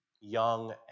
young